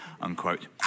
unquote